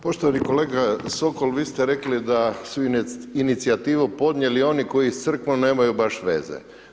Poštovani kolega Sokol, vi ste rekli da su inicijativu podnijeli oni koji s Crkvom nemaju baš veze.